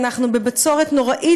אנחנו בבצורת נוראה,